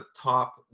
top